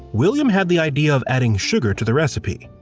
william had the idea of adding sugar to the recipe.